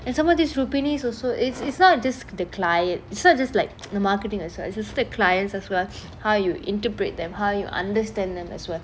and some of this rupinis also it's it's not a the client it's not just like the marketing itself it's also the clients as well how you interpret them how you understand them as well